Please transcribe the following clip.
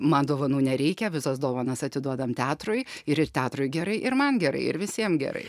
man dovanų nereikia visas dovanas atiduodam teatrui ir ir teatrui gerai ir man gerai ir visiem gerai